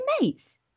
mates